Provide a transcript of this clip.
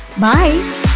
Bye